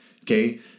Okay